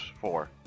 four